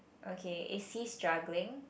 okay is he juggling